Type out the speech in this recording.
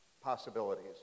possibilities